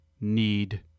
need